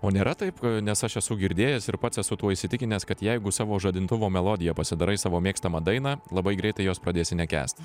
o nėra taip nes aš esu girdėjęs ir pats esu tuo įsitikinęs kad jeigu savo žadintuvo melodija pasidarai savo mėgstamą dainą labai greitai jos pradėsi nekęsti